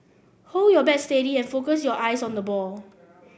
hold your bat steady and focus your eyes on the ball